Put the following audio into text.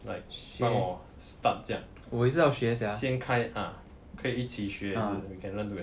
让我 start 这样先开 ah 可以一起学也是 we can learn together